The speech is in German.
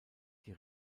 die